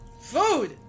food